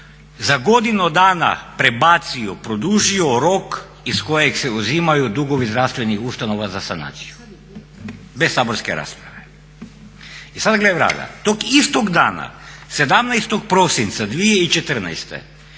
za godinu dana prebacio, produžio rok iz kojeg se uzimaju dugovi zdravstvenih ustanova za sanaciju, bez saborske rasprave. I sada gle vraga, tog istog dana 17. prosinca 2014.